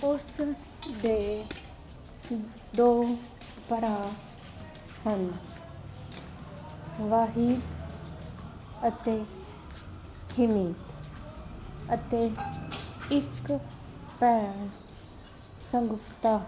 ਉਸ ਦੇ ਦੋ ਭਰਾ ਹਨ ਵਾਹਿਦ ਅਤੇ ਗੀਨੀ ਅਤੇ ਇੱਕ ਭੈਣ ਸ਼ਗੁਫਤਾ